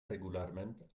regularment